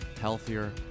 healthier